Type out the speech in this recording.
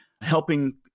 helping